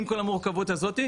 עם כל המורכבות הזאת,